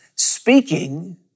Speaking